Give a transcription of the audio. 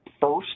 first